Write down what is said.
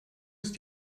ist